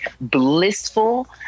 blissful